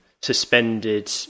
suspended